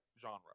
genre